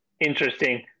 interesting